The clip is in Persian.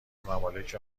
ممالک